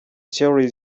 theory